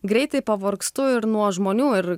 greitai pavargstu ir nuo žmonių ir